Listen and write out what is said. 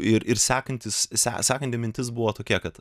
ir sekantis sekanti mintis buvo tokia kad